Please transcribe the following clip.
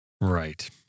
Right